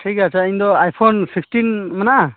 ᱴᱷᱤᱠ ᱜᱮᱭᱟ ᱟᱪᱷᱟ ᱤᱧ ᱫᱚ ᱟᱭ ᱯᱷᱳᱱ ᱥᱤᱠᱴᱤᱱ ᱢᱮᱱᱟᱜᱼᱟ